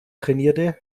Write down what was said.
trainierte